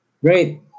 great